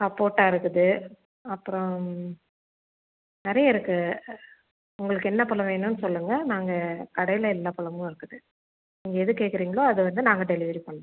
சப்போட்டா இருக்குது அப்புறம் நிறையா இருக்கு உங்களுக்கு என்ன பழம் வேணுன்னு சொல்லுங்கள் நாங்கள் கடையில எல்லா பழமும் இருக்குது நீங்கள் எது கேட்குறீங்ளோ அதை வந்து நாங்கள் டெலிவரி பண்ணுவோம்